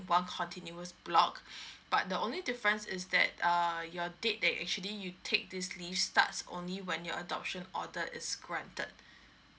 in one continuous block but the only difference is that err your date that is actually you take this leave starts only when your adoption order is granted